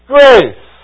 Grace